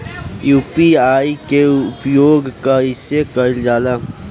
UPI के उपयोग कइसे कइल जाला?